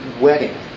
wedding